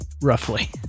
Roughly